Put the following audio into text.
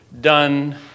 done